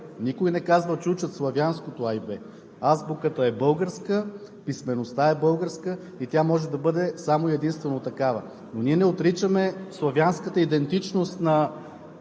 Никой не казва, че учат славянското „а“ и „б“. Азбуката е българска, писмеността е българска и тя може да бъде само и единствено такава. Ние не отричаме славянската идентичност на